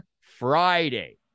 Friday